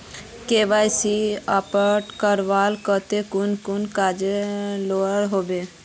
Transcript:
KYC update करवार केते कुन कुन कागज लागोहो होबे?